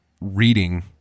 reading